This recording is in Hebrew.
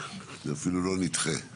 יש לנו שני חברי כנסת שנמצאים